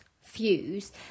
fuse